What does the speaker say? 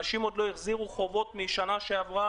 אנשים עוד לא החזירו חובות משנה שעברה,